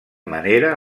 manera